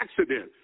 accident